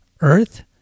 earth